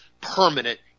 permanent